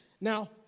Now